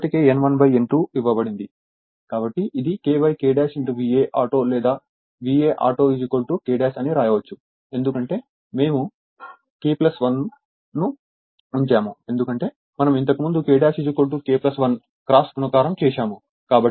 కాబట్టి ఇది K K VA auto లేదా ఆటో K అని వ్రాయవచ్చు ఎందుకంటే మేము K 1 ను ఉంచాము ఎందుకంటే మనం ఇంతకుముందు K K 1 క్రాస్ గుణకారం చూశాము